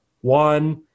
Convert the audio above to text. one